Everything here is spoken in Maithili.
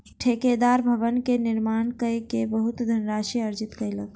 ठेकेदार भवन के निर्माण कय के बहुत धनराशि अर्जित कयलक